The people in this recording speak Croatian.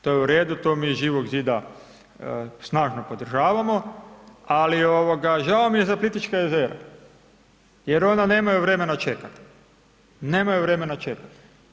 To je u redu, to mi iz Živog zida snažno podržavamo ali žao mi je za Plitvička jezera jer ona nemaju vremena čekati, nemaju vremena čekati.